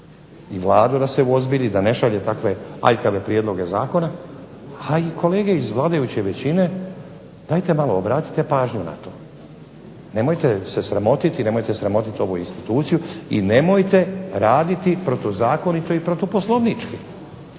i Vladu da se uozbilji i da ne šalje takve aljkave prijedloge zakona, a i kolega iz vladajuće većine dajte malo obratite pažnju na to. Nemojte se sramotiti i nemojte sramotiti ovu instituciju i nemojte raditi protuzakonito i protu poslovnički